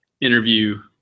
interview